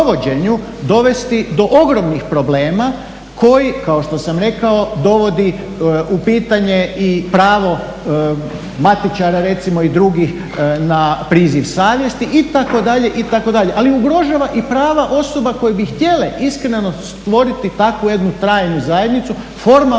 dovesti do ogromnih problema koji kao što sam rekao dovodi u pitanje i pravo matičara recimo i drugih na priziv savjesti itd., itd.. Ali ugrožava i prava osoba koje bi htjele iskreno stvoriti takvu jednu trajnu zajednicu, formalnu